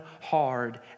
hard